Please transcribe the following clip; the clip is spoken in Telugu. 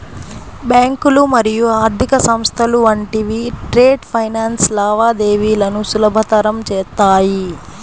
బ్యాంకులు మరియు ఆర్థిక సంస్థలు వంటివి ట్రేడ్ ఫైనాన్స్ లావాదేవీలను సులభతరం చేత్తాయి